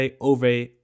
over